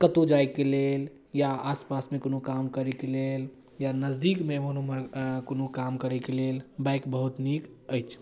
कतहु जाइके लेल या आसपासमे कोनो काम करैके लेल या नजदीकमे एम्हर ओम्हर कोनो काम करैके लेल बाइक बहुत नीक अछि